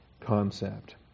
concept